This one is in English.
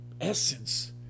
essence